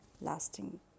lasting